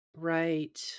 Right